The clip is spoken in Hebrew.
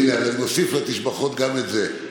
אני מוסיף לתשבחות גם את זה.